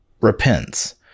repents